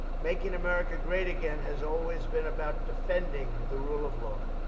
making america great again has always been about defending the rule of law,